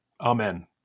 Amen